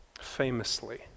Famously